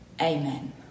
Amen